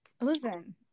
Listen